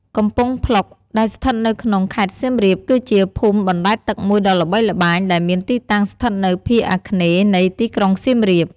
កំពង់ភ្លុក ដែលស្ថិតនៅក្នុង ខេត្តសៀមរាប គឺជាភូមិបណ្ដែតទឹកមួយដ៏ល្បីល្បាញ ដែលមានទីតាំងស្ថិតនៅភាគអាគ្នេយ៍នៃទីក្រុងសៀមរាប។